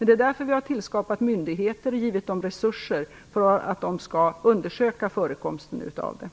Det är därför vi har tillskapat myndigheter och givit dem resurser att undersöka förekomsten av detta.